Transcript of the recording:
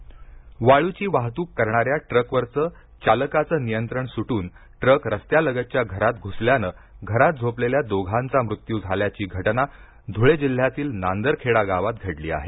अपघात वाळूची वाहतुक करणाऱ्या ट्रकवरचं चालकाचं नियंत्रण सुटून ट्रक रस्त्यालगतच्या घरात घुसल्याने घरात झोपलेल्या दोघांचा मृत्यु झाल्याची घटना धुळे जिल्ह्यातील नांदरखेडा गावात घडली आहे